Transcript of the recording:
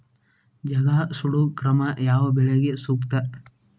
ಜಗಾ ಸುಡು ಕ್ರಮ ಯಾವ ಬೆಳಿಗೆ ಸೂಕ್ತ?